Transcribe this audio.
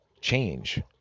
change